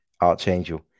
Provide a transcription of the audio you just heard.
Archangel